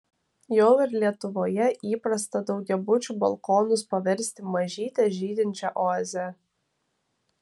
jau ir lietuvoje įprasta daugiabučių balkonus paversti mažyte žydinčia oaze